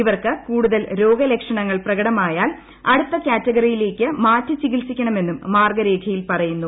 ഇവർക്ക് കൂടുതൽ രോ്ഗലക്ഷണങ്ങൾ പ്രകടമായാൽ അടുത്ത കാറ്റഗറിയില്ലേക്ക് മാറ്റി ചികിത്സിയ്ക്കണമെന്നും മാർഗ്ഗരേഖ്യിൽ പറയുന്നു